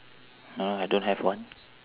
no I don't have one